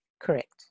Correct